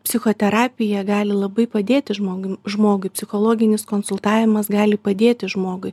psichoterapija gali labai padėti žmogui žmogui psichologinis konsultavimas gali padėti žmogui